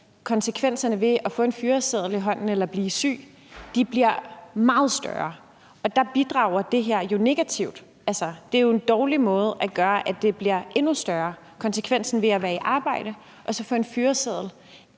konsekvenserne ved at få en fyreseddel i hånden eller blive syg bliver meget større. Der bidrager det her jo negativt. Det er jo en dårlig måde at gøre det på, når konsekvensen af, når man er i arbejde, at få en fyreseddel